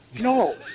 No